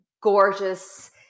gorgeous